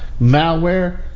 malware